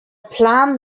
plan